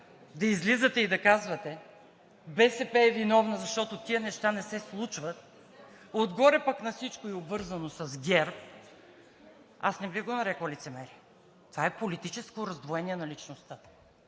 да излизате и да казвате: БСП е виновна, защото тези неща не се случват, отгоре пък на всичко и обвързано с ГЕРБ, аз не бих го нарекла лицемерие, това е политическо раздвоение на личността.